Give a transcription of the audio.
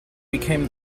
became